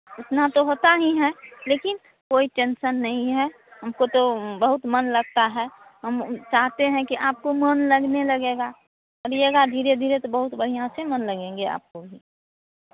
इतना तो होता ही है लेकिन कोई टेन्सन नहीं है हमको तो बहुत मन लगता है हम चाहते हैं कि आपको मन लगने लगेगा करिएगा धीरे धीरे तो बहुत बढ़ियाँ से मन लगेंगे आपको भी